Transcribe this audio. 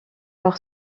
par